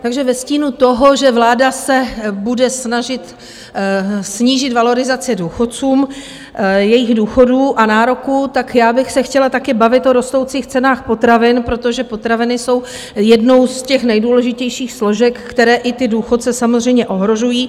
Takže ve stínu toho, že vláda se bude snažit snížit valorizaci důchodcům, jejich důchodů a nároků, tak bych se chtěla taky bavit o rostoucích cenách potravin, protože potraviny jsou jednou z těch nejdůležitějších složek, které i důchodce samozřejmě ohrožují.